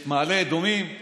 את מעלה אדומים?